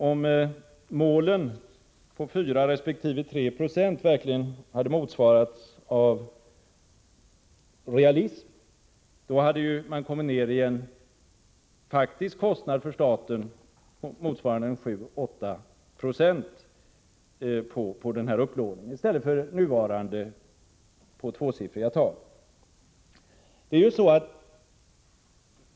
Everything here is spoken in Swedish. Om målen på 4 resp. 3 Zo verkligen hade motsvarats av realism, hade man ju kommit ned i en faktisk kostnad för staten motsvarande 7-8 20 för denna upplåning, i stället för nuvarande tvåsiffriga tal.